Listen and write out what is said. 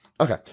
Okay